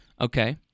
okay